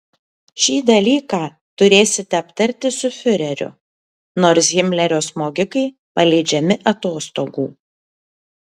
šį dalyką turėsite aptarti su fiureriu nors himlerio smogikai paleidžiami atostogų